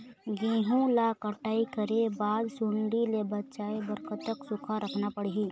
गेहूं ला कटाई करे बाद सुण्डी ले बचाए बर कतक सूखा रखना पड़ही?